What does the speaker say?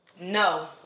No